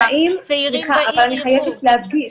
שהצעירים בעיר יראו.